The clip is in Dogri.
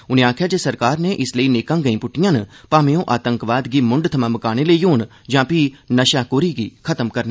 उनें आक्खेआ जे सरकार नै इस लेई नेकां गैंहीं पुष्टियां न भाएं ओह् आतंकवाद गी मुंढ थमां मकाने लेई होन जां फ्ही नशाखोरी गी खत्म करने लेई होन